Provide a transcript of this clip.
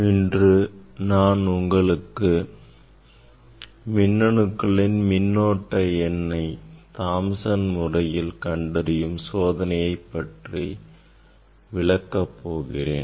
இன்று நான் உங்களுக்கு மின்னணுக்களின் மின்னூட்ட எண்ணை தாம்சன் முறையில் கண்டறியும் சோதனையை பற்றி விளக்கப் போகிறேன்